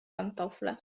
pantofle